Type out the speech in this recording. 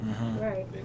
Right